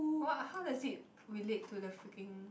what how does it relate to the freaking